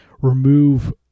remove